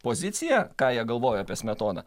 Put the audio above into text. poziciją ką jie galvoja apie smetoną